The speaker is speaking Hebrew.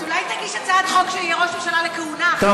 אז אולי תגיש הצעת חוק שיהיה ראש ממשלה לכהונה אחת,